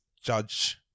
Judge